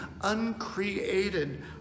uncreated